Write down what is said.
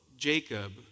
Jacob